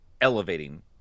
elevating